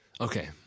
okay